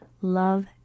love